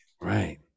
Right